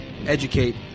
educate